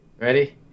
Ready